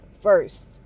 first